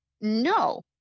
No